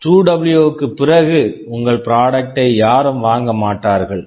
2டபுள்யூ 2W க்குப் பிறகு உங்கள் ப்ராடக்ட் product ஐ யாரும் வாங்க மாட்டார்கள்